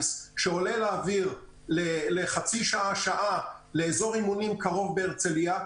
שעולה לאוויר לחצי שעה-שעה לאזור אימונים קרוב בהרצליה,